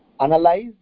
analyze